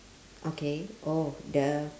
okay oh the